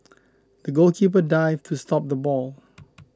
the goalkeeper dived to stop the ball